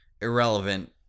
irrelevant